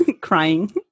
crying